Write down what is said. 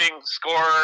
scorer